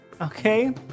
okay